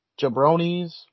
jabronis